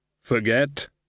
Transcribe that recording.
Forget